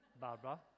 Barbara